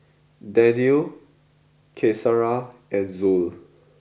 Danial Qaisara and Zul